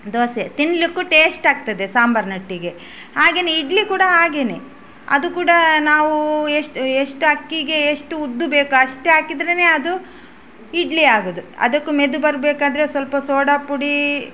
ದೋಸೆ ತಿನ್ನಲಿಕ್ಕೂ ಟೇಸ್ಟ್ ಆಗ್ತದೆ ಸಾಂಬಾರಿನೊಟ್ಟಿಗೆ ಹಾಗೆಯೇ ಇಡ್ಲಿ ಕೂಡ ಹಾಗೆಯೇ ಅದು ಕೂಡ ನಾವು ಎಷ್ಟು ಎಷ್ಟು ಅಕ್ಕಿಗೆ ಎಷ್ಟು ಉದ್ದು ಬೇಕು ಅಷ್ಟು ಹಾಕಿದ್ದರೇನೆ ಅದು ಇಡ್ಲಿ ಆಗೋದು ಅದಕ್ಕೂ ಮೆದು ಬರಬೇಕಾದ್ರೆ ಸ್ವಲ್ಪ ಸೋಡಾ ಪುಡಿ